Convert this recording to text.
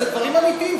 אלו דברים אמיתיים,